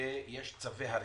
שיש עליהם צווי הריסה.